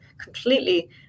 completely